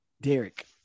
Derek